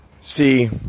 See